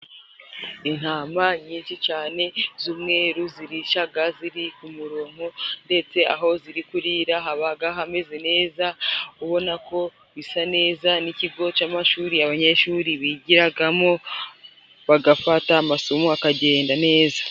Intama nyinshi cyane z'umweru zirisha ziri ku murongo, ndetse aho ziri kurira haba hameze neza ubona ko bisa neza, ni ikigo cy'amashuri, abanyeshuri bigiramo bagafata amasomo akagenda neza.